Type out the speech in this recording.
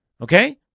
Okay